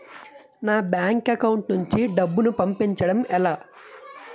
నా bank account నుంచి డబ్బును పంపించడం ఎలా?